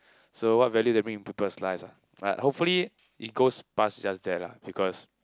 so what value that bring in people's lives ah like hopefully it goes past just that lah because